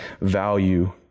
value